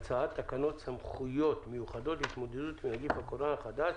הצעת תקנות סמכויות מיוחדות להתמודדות עם נגיף הקורונה החדש